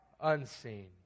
unseen